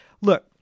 Look